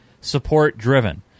support-driven